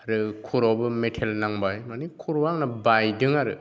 आरो खर'आवबो मेटेल नांबाय मानि खर'आ आंना बायदों आरो